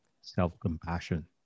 self-compassion